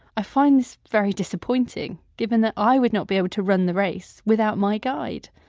i find this very disappointing given that i would not be able to run the race without my guide.